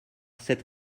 cette